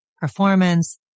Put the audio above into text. performance